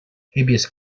habeas